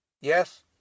Yes